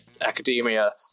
academia